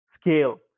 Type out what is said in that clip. scale